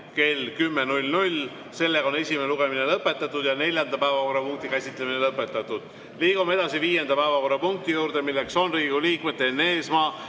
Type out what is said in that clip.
kell 10. Esimene lugemine on lõpetatud ja neljanda päevakorrapunkti käsitlemine on lõpetatud. Liigume edasi viienda päevakorrapunkti juurde, milleks on Riigikogu liikmete Enn Eesmaa,